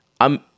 I'm-